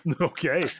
okay